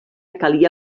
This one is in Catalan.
calia